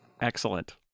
excellent